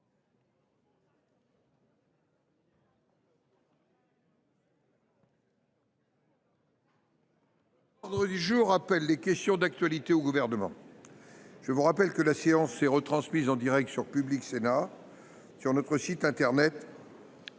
les réponses à des questions d’actualité au Gouvernement. Je vous rappelle que la séance est retransmise en direct sur la chaîne Public Sénat et sur notre site internet.